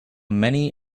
many